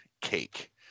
cake